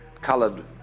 colored